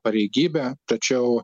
pareigybė tačiau